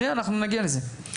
אנחנו נגיע לזה.